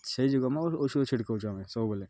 ସେଇ ଯୋଗୁଁ ଔଷଧ ଛିଡ଼୍କଉଛୁ ଆମେ ସବୁବେଳେ